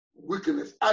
weakness